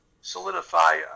solidify